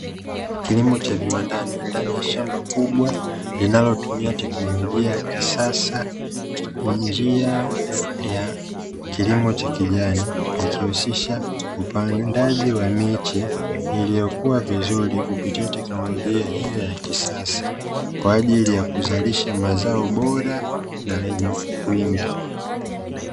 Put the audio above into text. Kilimo cha viwandani ndani ya shamba kubwa linalotumia teknolojia ya kisasa, kwa njia ya kilimo cha kijani, ikihusisha upandaji wa miche iliyokua vizuri kupitia teknolojia hii ya kisasa, kwa ajili ya kuzalisha mazao bora na yenye wingi.